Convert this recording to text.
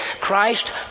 Christ